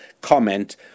comment